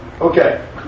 Okay